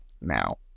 now